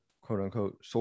quote-unquote